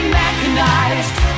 mechanized